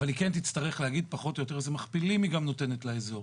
אבל היא כן תצטרך להגיד פחות או יותר איזה מכפילים היא גם נותנת לאזור.